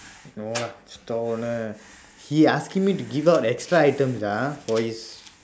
no lah store owner he asking me to give out extra items ah for his